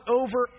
over